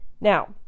now